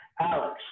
Alex